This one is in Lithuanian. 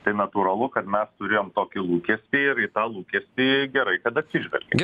tai natūralu kad mes turėjom tokį lūkestį ir į tą lūkestį gerai kad atsižvelgia